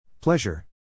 Pleasure